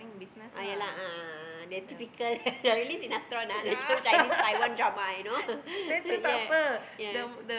ah yeah lah a'ah a'ah they typical like really sinetron ah like some Chinese Taiwan drama you know yeah yeah